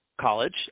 college